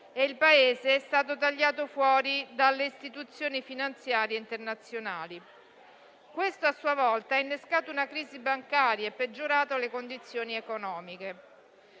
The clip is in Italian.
e il Paese è stato tagliato fuori dalle istituzioni finanziarie internazionali. Questo, a sua volta, ha innescato una crisi bancaria e peggiorato le condizioni economiche.